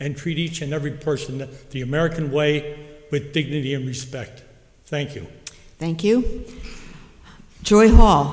and treat each and every person in the american way with dignity and respect thank you thank you joy h